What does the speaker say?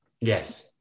Yes